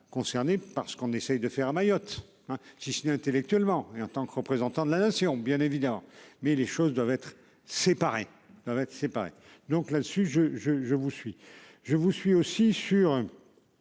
concernés par ce qu'on essaye de faire à Mayotte hein qui ce intellectuellement et en tant que représentant de la nation, bien évidemment, mais les choses doivent être séparés doivent être séparés donc la dessus je je je vous suis. Je vous suis aussi sur.